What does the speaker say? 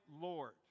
Lord